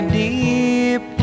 deep